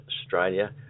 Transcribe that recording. Australia